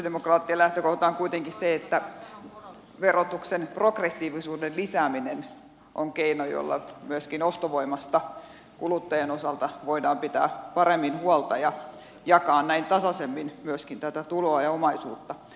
sosialidemokraattien lähtökohta on kuitenkin se että verotuksen progressiivisuuden lisääminen on keino jolla myöskin ostovoimasta kuluttajan osalta voidaan pitää paremmin huolta ja jakaa näin tasaisemmin myöskin tuloa ja omaisuutta